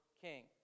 king